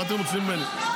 מה אתם רוצים ממני?